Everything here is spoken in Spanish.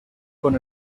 con